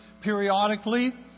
periodically